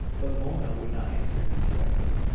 but mona would not answer him directly.